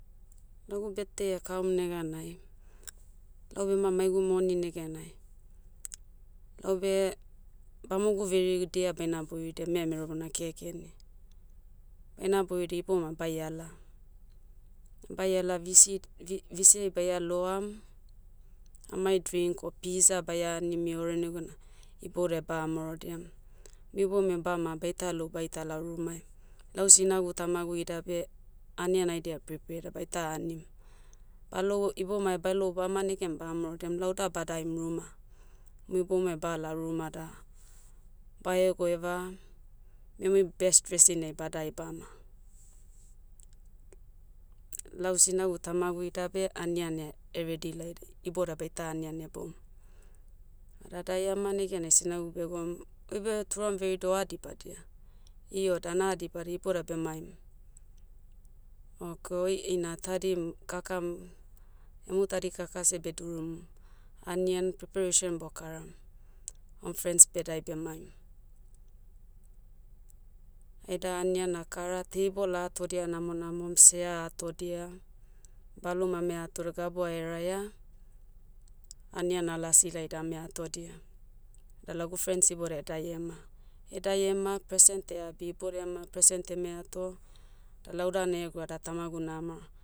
Lagu birthday ekaum neganai, lau bema maegu moni negenai, laube, bamogu veridia baina boiridia memero bona kekeni. Baina boiridia ibouma baiala, baiala vc- v- vc ai baia loam, amai drink o piza baia anim eore negena, iboudia bamaorodiam, miboumi bama baita lou baitala rumai. Lau sinagu tamagu ida beh, anian haida pripe da baita anim. Baulouo- ibomai baelou bama negen bamaorodiam lauda badaem ruma. Mui boumiai bala ruma da, baegoeva, muimui best dressing ai badai bama. Lau sinagu tamagu ida beh, anian eh- redi laidi, ibodai baita anian heboum. Ada dai ama negenai sinagu begwaum, oibe turam veridia oadibadia. Io da na dibadia ibodia bemaim. O koi, ina tadim, kakam, emu tadi kaka seh bedurumu, anian preparation bokaram. Oem frens bedae bemaim. Aida anian akara, table atodia namonamom, sea atodia, balum ame atoda gabu aeraia, anian alasi laida ame atodia. Da lagu frens ibodai dai ema. Edai ema present eabi, ibodia ema present eme ato. Da lau dan egwa da tamagu namaoroa,